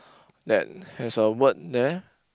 that has a word there